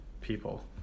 people